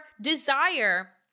desire